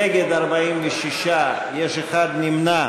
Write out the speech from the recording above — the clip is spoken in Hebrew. נגד, 46, אחד נמנע.